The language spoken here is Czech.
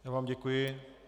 Já vám děkuji.